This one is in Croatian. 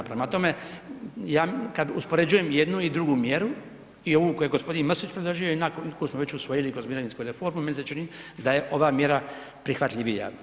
Prema tome, ja kad uspoređujem jednu i drugu mjeru i ovu koju je g. Mrsić predložio i koju smo već usvojili kroz mirovinsku reformu, meni se čini da je ova mjera prihvatljivija.